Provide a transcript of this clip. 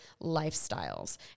lifestyles